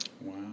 Wow